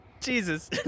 Jesus